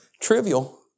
Trivial